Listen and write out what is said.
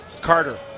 Carter